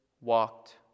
walked